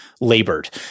labored